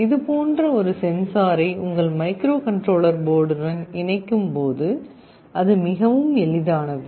இதுபோன்ற ஒரு சென்சாரை உங்கள் மைக்ரோகண்ட்ரோலர் போர்டுடன் இணைக்கும்போது அது மிகவும் எளிதானது